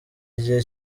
igihe